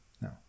No